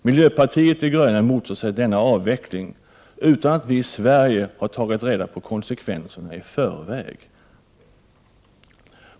Miljöpartiet de gröna motsätter att denna avveckling sker, utan att vi i Sverige har tagit reda på konsekvenserna i förväg.